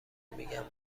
میگن